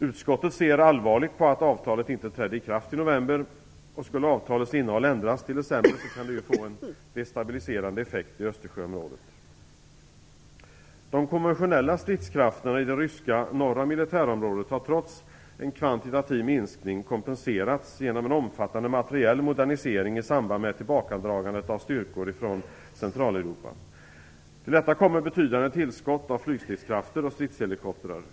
Utskottet ser allvarligt på att avtalet inte trädde i kraft i november. Skulle avtalets innehåll ändras till det sämre, kan det få en destabiliserande effekt i Östersjöområdet. De konventionella stridskrafterna i det ryska norra militärområdet har trots en kvantitativ minskning kompenserats genom en omfattande materiell modernisering i samband med tillbakadragandet av styrkor från Centraleuropa. Till detta kommer betydande tillskott av flygstridskrafter och stridshelikoptrar.